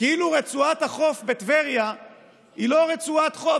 כאילו רצועת החוף בטבריה היא לא רצועת חוף